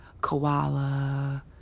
koala